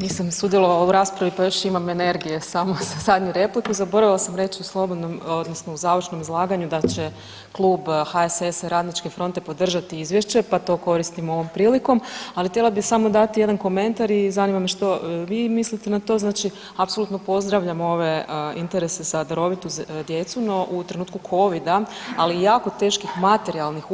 Nisam sudjelovala u raspravi, ali još imam energiju samo za zadnju repliku, zaboravila sam reći u slobodnom odnosno u završnom izlaganju da će klub HSS-a i Radničke fronte podržati izvješće pa to koristim ovom prilikom, ali htjela bi samo dati jedan komentar i zanima me što vi mislite na to, znači, apsolutno pozdravljamo ove interese za darovitu djecu no u trenutku COVID-a ali i jako teških materijalnih